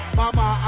mama